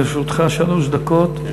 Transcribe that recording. לרשותך שלוש דקות.